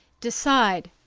decide,